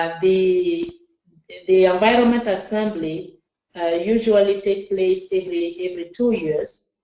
um the the environment assembly usually takes place every every two years.